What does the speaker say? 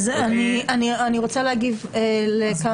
אני רוצה להגיב לכמה מהדברים.